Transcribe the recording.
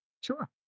sure